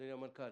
אדוני המנכ"ל,